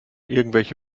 irgendwelche